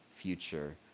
future